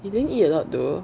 you didn't eat a lot though